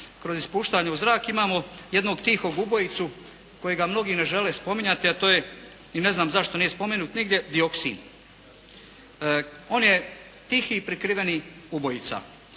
kroz ispuštanje u zrak, imamo jednog tihog ubojicu kojega mnogi ne žele spominjati i ne znam zašto nije spomenut nigdje, dioksin. On je tihi i prikriveni ubojica.